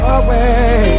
away